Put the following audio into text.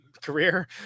career